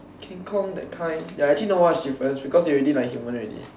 King Kong that kind ya actually not much difference because they already like human already